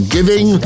Giving